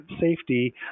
safety